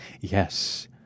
Yes